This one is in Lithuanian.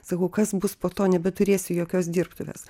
sakau kas bus po to nebeturėsiu jokios dirbtuvės